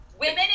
Women